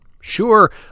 Sure